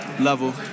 level